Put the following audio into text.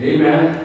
Amen